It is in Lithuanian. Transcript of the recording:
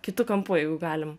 kitu kampu jeigu galim